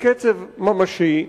בקצב ממשי,